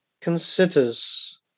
considers